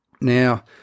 Now